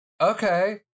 Okay